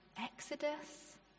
Exodus